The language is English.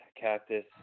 cactus